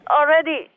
already